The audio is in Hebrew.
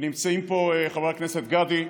נמצא פה חבר הכנסת גדי,